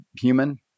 human